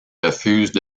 refusent